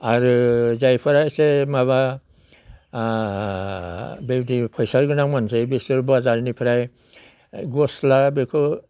आरो जायफोरा एसे माबा बेबायदि फैसा गोनां मानसिया बेसोर बाजारनिफ्राय गस्ला बेखौ